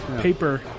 paper